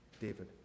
David